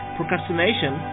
Procrastination